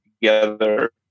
together